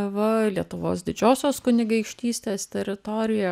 va lietuvos didžiosios kunigaikštystės teritorijoje